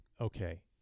okay